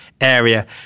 area